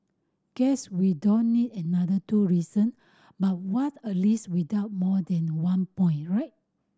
guess we don't need another two reason but what's a list without more than one point right